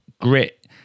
Grit